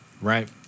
right